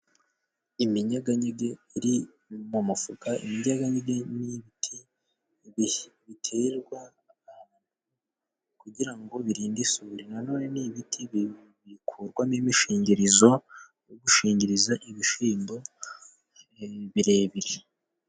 Iminyeganyege iri mu mufuka, iminyeganyege n'ibiti biterwa ahantu kugira ngo birinde isuri ,nanone ni ibiti bikurwamo imishingirizo yo gushingiriza ibishyimbo birebire.